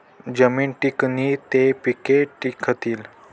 जमीन टिकनी ते पिके टिकथीन